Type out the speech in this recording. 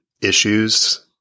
issues